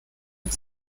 und